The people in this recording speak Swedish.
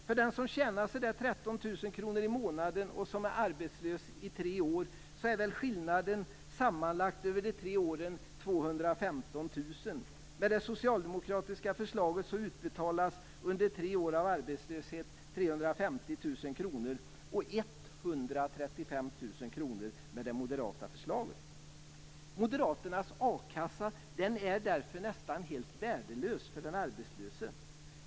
För den som tjänar ca 13 000 i månaden och som är arbetslös i tre år är skillnaden sammanlagt över de tre åren Moderaternas a-kassa är därför nästan helt värdelös för den arbetslöse.